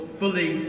fully